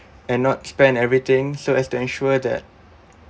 and not spend everything so as to ensure that